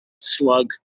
slug